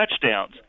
touchdowns